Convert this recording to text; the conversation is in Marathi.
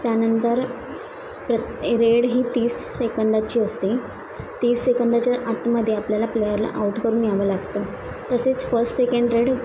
त्यानंतर प्रत रेड ही तीस सेकंदाची असते तीस सेकंदाच्या आतमध्ये आपल्याला प्लेयरला आउट करून यावं लागतं तसेच फर्स्ट सेकेंड रेड